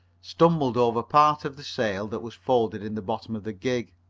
stumbled over part of the sail that was folded in the bottom of the gig.